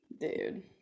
dude